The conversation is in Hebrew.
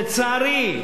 לצערי,